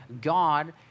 God